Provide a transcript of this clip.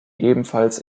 ebenfalls